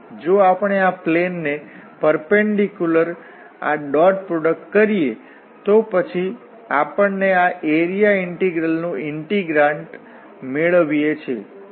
તેથી જો આપણે આ પ્લેન ને પરપેંડીક્યુલર આ ડોટ પ્રોડક્ટ કરીએ તો પછી આપણ ને આ એરિયા ઇન્ટિગ્રલ નું ઇન્ટિગ્રાન્ટ મેળવીએ છીએ